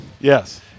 Yes